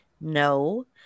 no